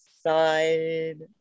side